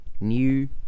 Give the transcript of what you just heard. new